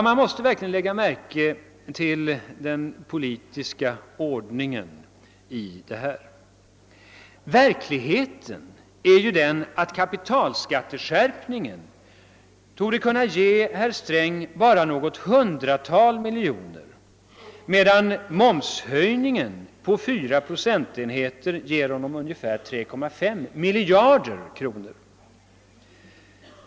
Man måste verkligen lägga märke till den politiska ordningen i detta sammanhang. Verkligheten är den att kapitalskatteskärpningen torde kunna ge herr Sträng bara något hundratal miljoner, medan momshöjningen på 4 procentenheter ger honom ungefär 3,5 miljarder kronor.